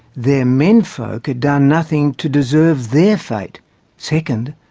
their menfolk had done nothing to deserve their fate second,